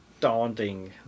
daunting